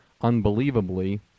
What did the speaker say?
unbelievably